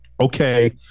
okay